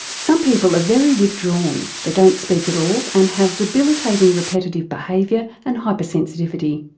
some people are very withdrawn they don't speak at all and have debilitating repetitive behaviour and hypersensitivity.